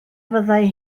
fyddai